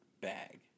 bag